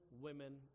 women